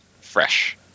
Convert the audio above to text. fresh